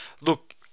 look